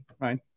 right